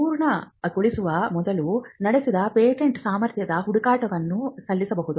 ಪೂರ್ಣಗೊಳ್ಳುವ ಮೊದಲು ನಡೆಸಿದ ಪೇಟೆಂಟ್ ಸಾಮರ್ಥ್ಯದ ಹುಡುಕಾಟವನ್ನು ಸಲ್ಲಿಸಬಹುದು